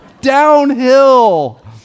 Downhill